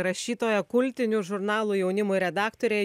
rašytoja kultinių žurnalų jaunimui redaktorė